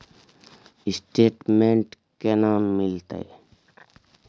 Statement केना मिलते?